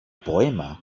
poema